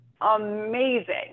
amazing